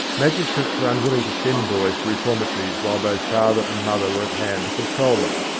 magistrates were un willing to send boys to reformatories while both father and mother were at hand to control them,